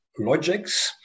logics